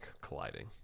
colliding